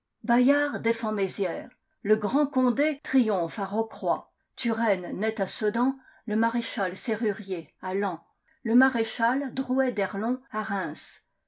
bayard défend mézières le grand condé triomphe à rocroy turenne naît à sedan le maréchal sérurier à laon le maréchal drouet d'erlon à reims